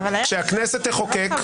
כשהכנסת תחוקק,